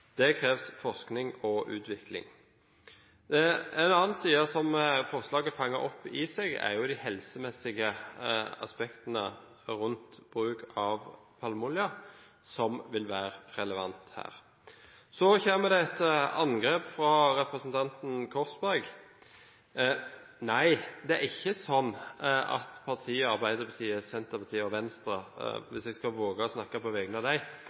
Det kreves forskning og utvikling. En annen side som forslaget fanger opp, er de helsemessige aspektene rundt bruk av palmeolje, som vil være relevant her. Så kommer det et angrep fra representanten Korsberg. Nei, det er ikke sånn at partiene Arbeiderpartiet, Senterpartiet og Venstre, hvis jeg skal våge å snakke på vegne av